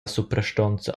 suprastonza